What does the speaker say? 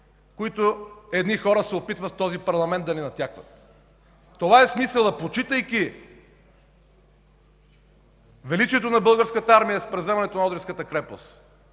които едни хора се опитват да ни натякват в този парламент. Това е смисълът, почитайки величието на Българската армия с превземането на Одринската крепост,